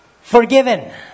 Forgiven